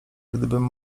gdybym